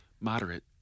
moderate